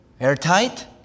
Airtight